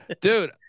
Dude